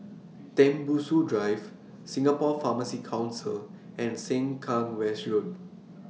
Tembusu Drive Singapore Pharmacy Council and Sengkang West Road